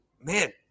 man